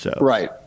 Right